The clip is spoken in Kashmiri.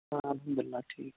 آ الحمدُ اللہ ٹھیٖک